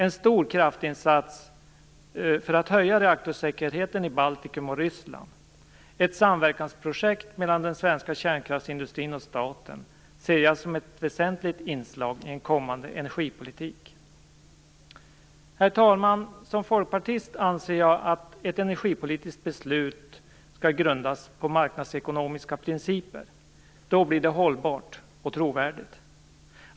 En stor kraftinsats för att höja reaktorsäkerheten i Baltikum och Ryssland, ett samverkansprojekt mellan den svenska kärnkraftsindustrin och staten, ser jag som ett väsentligt inslag i en kommande energipolitik. Herr talman! Som folkpartist anser jag att ett energipolitiskt beslut skall grundas på marknadsekonomiska principer. Då blir det hållbart och trovärdigt.